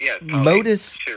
Modus